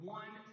one